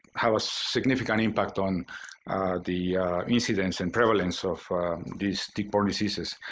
have a significant impact on the incidence and prevalence of these tick-borne diseases.